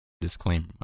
disclaimer